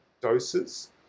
doses